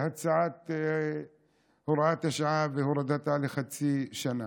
הצעת הוראת השעה והורדתה לחצי שנה.